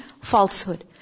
falsehood